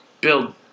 build